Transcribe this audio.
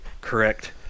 correct